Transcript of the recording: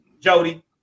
jody